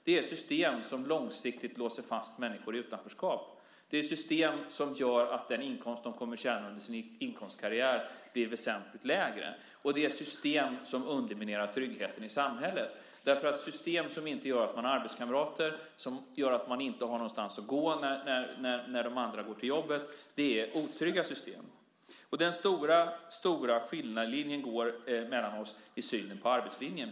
Det är system som långsiktigt låser fast människor i utanförskap. Det är system som gör att de inkomster människor har under sina inkomstkarriärer blir väsentligt lägre. Det är system som underminerar tryggheten i samhället eftersom system som innebär att man inte har arbetskamrater, inte har någonstans att gå när andra går till jobbet, är otrygga system. Den stora skiljelinjen mellan oss går alltså i synen på arbetslinjen.